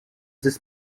this